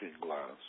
Glass